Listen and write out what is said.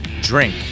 Drink